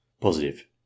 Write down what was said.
Positive